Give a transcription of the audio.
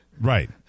Right